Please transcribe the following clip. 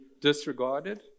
disregarded